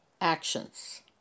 actions